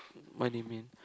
what do you mean